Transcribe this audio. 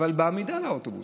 אבל בעמידה לאוטובוס,